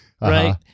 Right